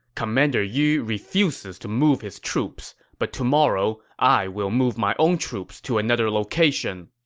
commander yu refuses to move his troops, but tomorrow, i will move my own troops to another location.